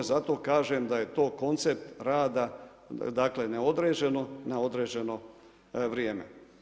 Zato kažem da je to koncept rada, dakle neodređeno na određeno vrijeme.